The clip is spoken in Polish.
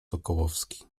sokołowski